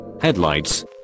headlights